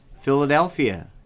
Philadelphia